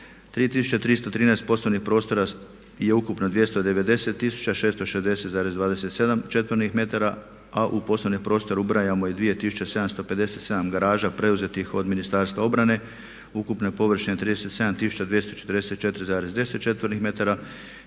3313 poslovnih prostora je ukupno 290660,27 četvornih metara, a u poslovni prostor ubrajamo i 2757 garaža preuzetih od Ministarstva obrane ukupne površine 37244,10 četvornih metara,